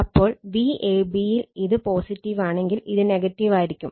അപ്പോൾ Vab യിൽ ഇത് പോസിറ്റീവാണെങ്കിൽ ഇത് നെഗറ്റീവായിരിക്കും